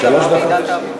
שלוש דקות.